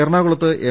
എറണാകുളത്ത് എം